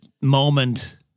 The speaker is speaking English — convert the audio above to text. moment